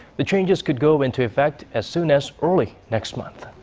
the changes could go into effect as soon as early next month.